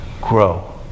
Grow